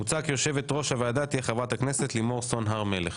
מוצע כי יושבת-ראש הוועדה תהיה חברת הכנסת לימור סון הר מלך.